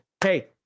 hey